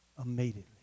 immediately